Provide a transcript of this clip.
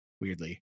weirdly